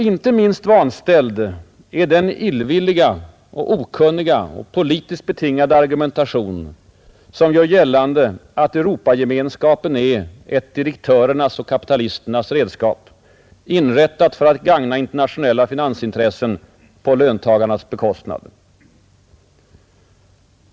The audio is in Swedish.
Inte minst vanställd är den illvilliga och okunniga, politiskt betingade argumentation, som gör gällande att Europagemenskapen är ”ett direktörernas och kapitalisternas redskap”, inrättat för att gagna internationella finansintressen på löntagarnas bekostnad.